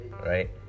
right